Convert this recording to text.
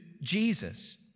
Jesus